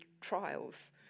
trials